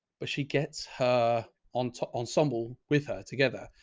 but she gets her on top ensemble with her together.